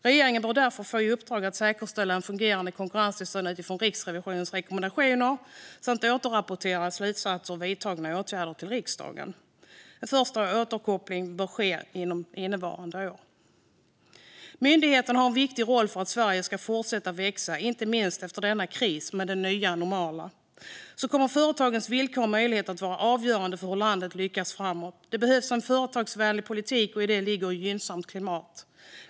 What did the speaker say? Regeringen bör därför få i uppdrag att säkerställa en fungerande konkurrenstillsyn utifrån Riksrevisionens rekommendationer samt återrapportera slutsatser och vidtagna åtgärder till riksdagen. En första återkoppling bör ske inom innevarande år. Myndigheten har en viktig roll för att Sverige ska fortsätta växa. Inte minst efter denna kris med det så kallat nya normala kommer företagens villkor och möjligheter att vara avgörande för hur landet lyckas framåt. Det behövs en företagsvänlig politik, och i det ligger ett gynnsamt klimat.